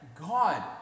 God